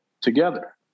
together